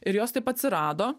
ir jos taip atsirado